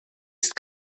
ist